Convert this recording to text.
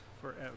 forever